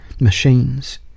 machines